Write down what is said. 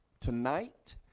tonight